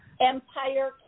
empire